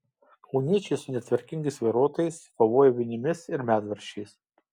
kauniečiai su netvarkingais vairuotojais kovoja vinimis ir medvaržčiais